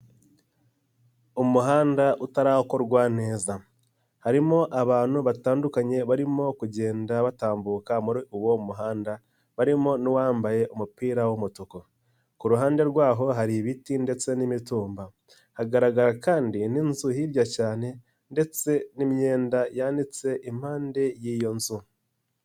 Umuhanda utarakorwa neza harimo abantu batandukanye barimo kugenda batambuka muri uwo muhanda barimo n'uwambaye umupira w'umutuku, ku ruhande rwaho hari ibiti ndetse n'imitumba, hagaragara kandi n'inzu hirya cyane ndetse n'imyenda yanitse impande y'iyo nzu.